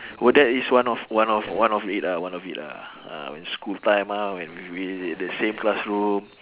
oh that is one of one of one of it ah one of it lah ah when school time ah when we at the same classroom